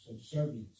subservience